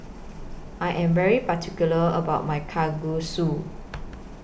I Am very particular about My Kalguksu